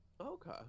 Okay